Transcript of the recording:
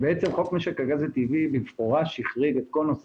חוק משק הגז הטבעי במפורש החריג את כל נושא